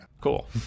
Cool